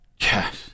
Yes